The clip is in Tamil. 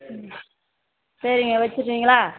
ம் சரிங்க வச்சிட்றீங்களா